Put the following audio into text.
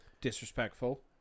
disrespectful